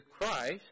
Christ